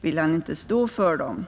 vill han inte stå för dem.